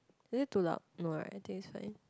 is it too loud no right I think is fine